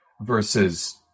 versus